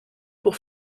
pour